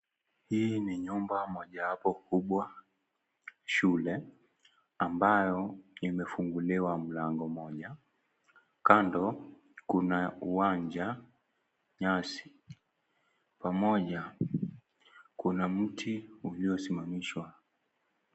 Hii ni nyumba mojawapo kubwa, shule ambayo imefunguliwa mlango moja. Kando kuna uwanja, nyasi pamoja kuna mti uliosimamishwa.